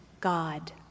God